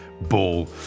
Ball